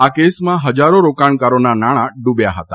આ કેસમાં હજારો રોકાણકારોના નાણાં ડૂબ્યા હતા